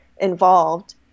involved